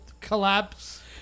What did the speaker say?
collapse